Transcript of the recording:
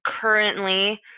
currently